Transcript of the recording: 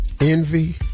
envy